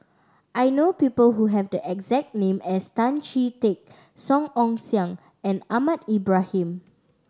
I know people who have the exact name as Tan Chee Teck Song Ong Siang and Ahmad Ibrahim